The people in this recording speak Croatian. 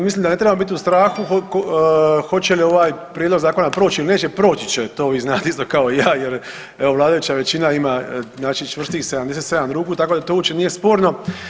Mislim da ne treba biti u strahu hoće li ovaj prijedlog zakona proći ili neće, proći će, to vi znate isto kao i ja, jer evo vladajuća većina ima znači čvrstih 77 ruku, tako da to uopće nije sporno.